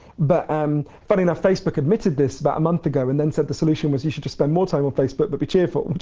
but um funny enough, facebook admitted this about a month ago and then said the solution was you should just spend more time on facebook but be cheerful,